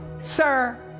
sir